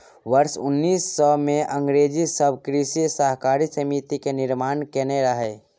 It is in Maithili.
वर्ष उन्नैस सय मे अंग्रेज सब कृषि सहकारी समिति के निर्माण केने रहइ